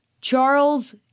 Charles